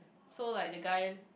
so like the guy